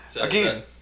again